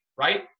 Right